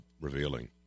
revealing